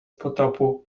potopu